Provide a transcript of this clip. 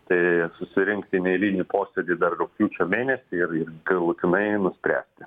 tai susirinkti į neeilinį posėdį dar rugpjūčio mėnesį ir ir galutinai nuspręsti